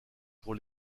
pour